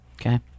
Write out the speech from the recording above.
Okay